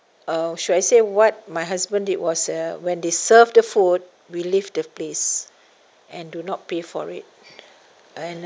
uh should I say what my husband did was uh when they serve the food we leave the place and do not pay for it and